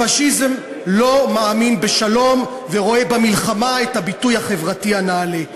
הפאשיזם לא מאמין בשלום ורואה במלחמה את הביטוי החברתי הנעלה.